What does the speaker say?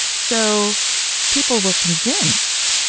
so people were convinced.